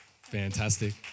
Fantastic